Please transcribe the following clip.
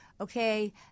okay